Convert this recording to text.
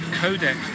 codec